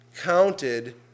counted